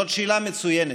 אדוני, זאת שאלה מצוינת.